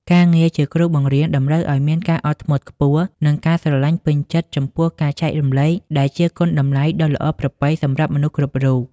ការងារជាគ្រូបង្រៀនតម្រូវឱ្យមានការអត់ធ្មត់ខ្ពស់ និងការស្រឡាញ់ពេញចិត្តចំពោះការចែករំលែក ដែលជាគុណតម្លៃដ៏ល្អប្រពៃសម្រាប់មនុស្សគ្រប់រូប។